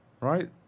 right